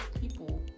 people